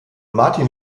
martin